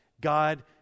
God